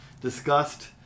discussed